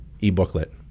e-booklet